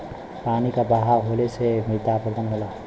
पानी क बहाव होले से मृदा अपरदन होला